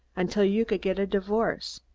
until you could get a divorce.